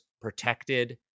protected